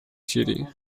сирии